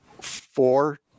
four